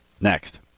Next